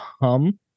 hum